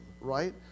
right